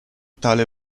tale